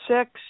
six